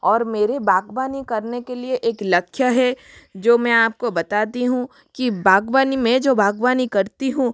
और मेरे बागबानी करने के लिए एक लक्ष्य है जो मैं आपको बताती हूँ कि बागवानी मैं जो बागवानी करती हूँ